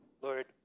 Lord